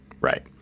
Right